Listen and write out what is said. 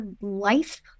life